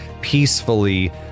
peacefully